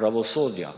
pravosodja: